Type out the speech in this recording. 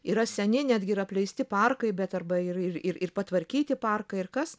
yra seni netgi ir apleisti parkai bet arba ir ir ir patvarkyti parkai ir kas